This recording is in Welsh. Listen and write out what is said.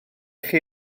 chi